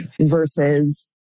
versus